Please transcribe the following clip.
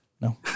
No